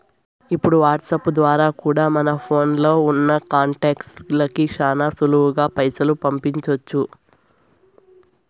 ఇప్పుడు వాట్సాప్ ద్వారా కూడా మన ఫోన్లో ఉన్నా కాంటాక్ట్స్ లకి శానా సులువుగా పైసలు పంపించొచ్చు